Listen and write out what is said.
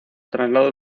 traslado